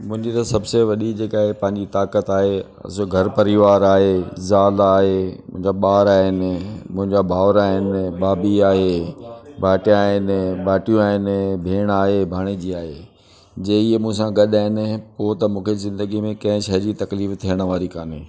मुंहिंजी त सभसी वॾी जेका आहे पंहिंजी ताक़त आहे जो घरु परिवारु आहे ज़ालि आहे मुंहिंजा ॿार आहिनि मुंहिंजा भाउर आहिनि भाभी आहे भाइटा आहिनि भाइटियूं आहिनि भेणु आहे भाणेजी आहे जे इहे मूंसां गॾु आहिनि पोइ त मूंखे ज़िंदगी में कंहिं शइ जी तकलीफ़ थियण वारी कोन्हे